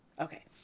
Okay